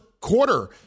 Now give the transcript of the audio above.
quarter